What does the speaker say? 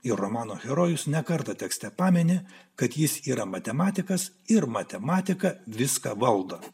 ir romano herojus ne kartą tekste pamini kad jis yra matematikas ir matematika viską valdo